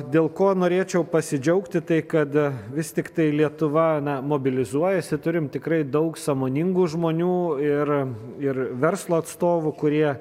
dėl ko norėčiau pasidžiaugti tai kad vis tiktai lietuva mobilizuojasi turim tikrai daug sąmoningų žmonių ir ir verslo atstovų kurie